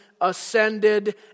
ascended